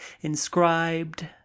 inscribed